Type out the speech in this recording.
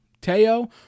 Teo